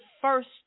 first